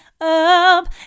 up